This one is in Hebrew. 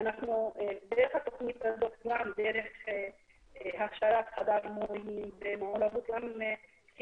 דרך התוכנית הזו וגם דרך הכשרת חדר מורים וגם קידום